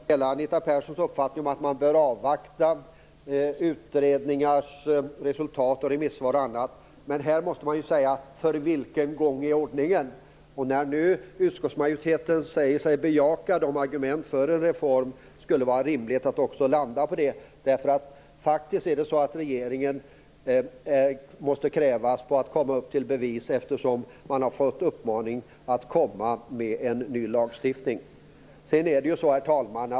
Herr talman! Jag delar Anita Perssons uppfattning att man bör avvakta utredningars resultat, remissvar och annat. Men här måste man ju säga: För vilken gång i ordningen? När nu utskottsmajoriteten säger sig bejaka argumenten för en reform skulle det vara rimligt att också landa på det. Det är faktiskt så att regeringen måste krävas på att komma upp till bevis, eftersom den har fått en uppmaning att komma med en ny lagstiftning. Herr talman!